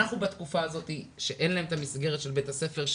אנחנו בתקופה הזאת שאין להם את המסגרת של בית הספר,